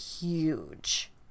huge